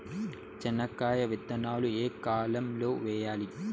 చెనక్కాయ విత్తనాలు ఏ కాలం లో వేయాలి?